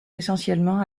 essentiellement